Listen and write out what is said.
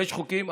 ויש חוקים,